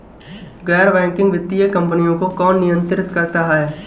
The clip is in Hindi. गैर बैंकिंग वित्तीय कंपनियों को कौन नियंत्रित करता है?